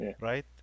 right